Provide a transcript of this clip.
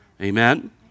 Amen